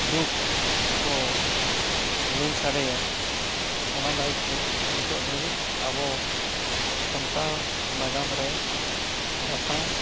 ᱫᱩᱠ ᱠᱚ ᱞᱟᱹᱭ ᱥᱟᱰᱮᱭᱟ ᱚᱱᱟ ᱫᱟᱭ ᱛᱮ ᱱᱤᱛᱚᱜ ᱫᱷᱟᱹᱵᱤᱡ ᱟᱵᱚ ᱥᱟᱱᱛᱟᱲ ᱱᱟᱜᱟᱢ ᱨᱮ ᱫᱟᱸᱥᱟᱭ